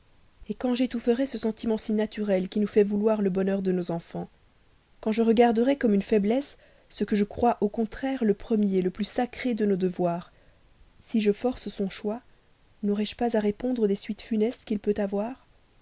mère quand j'étoufferais ce sentiment si naturel qui nous fait vouloir le bonheur de notre enfant quand je regarderais comme une faiblesse ce que je crois au contraire le premier le plus sacré de nos devoirs si je force son choix naurai je pas à répondre des suites funestes qu'il peut avoir